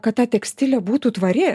kad ta tekstilė būtų tvari